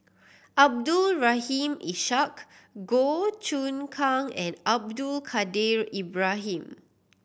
Abdul Rahim Ishak Goh Choon Kang and Abdul Kadir Ibrahim